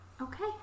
Okay